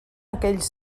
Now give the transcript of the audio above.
aquells